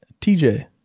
TJ